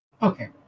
Okay